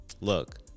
Look